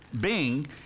Bing